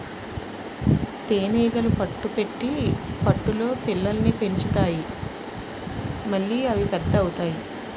తేనీగలు పట్టు పెట్టి పట్టులో పిల్లల్ని పెంచుతాయి మళ్లీ అవి పెద్ద అవుతాయి